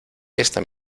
esta